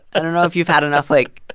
i don't know if you've had enough, like,